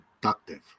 productive